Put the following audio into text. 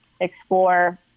explore